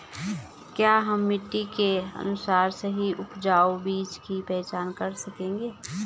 क्या हम मिट्टी के अनुसार सही उपजाऊ बीज की पहचान कर सकेंगे?